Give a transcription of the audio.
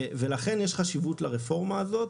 לכן יש חשיבות לרפורמה הזאת